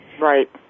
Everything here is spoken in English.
Right